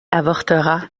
avorta